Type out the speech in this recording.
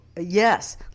Yes